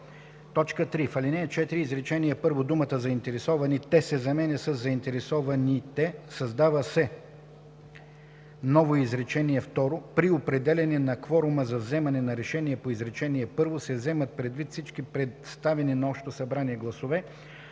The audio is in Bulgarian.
„до”. 3. В ал. 4 изречение първо думата „заинтересуваните“ се заменя със „заинтересованите“, създава се ново изречение второ „При определяне на кворума за вземане на решение по изречение първо се вземат предвид всички представени на общото събрание гласове,